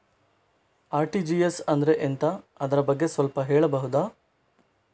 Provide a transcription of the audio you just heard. RTGS ಅಂದ್ರೆ ಎಂತ ಅದರ ಬಗ್ಗೆ ಸ್ವಲ್ಪ ಹೇಳಬಹುದ?